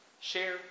Share